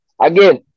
Again